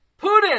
Putin